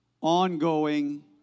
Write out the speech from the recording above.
ongoing